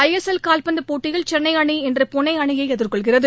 ஐ S L கால்பந்து போட்டியில் சென்னை அணி இன்று புனே அணியை எதிர்கொள்கிறது